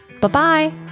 Bye-bye